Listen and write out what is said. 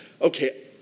Okay